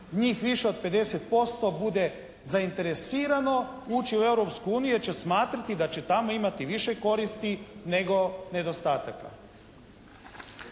njih više od 50% bude zainteresirano ući u Europsku uniju jer će smatrati da će tamo imati više koristi nego nedostataka.